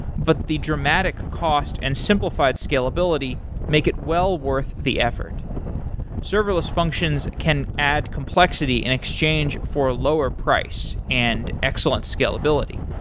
but the dramatic cost and simplified scalability make it well worth the effort serverless functions can add complexity in exchange for a lower price and excellent scalability.